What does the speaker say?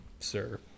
Sir